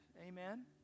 Amen